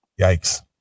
Yikes